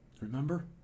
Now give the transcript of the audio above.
remember